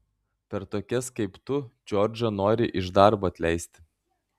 per tokias kaip tu džordžą nori iš darbo atleisti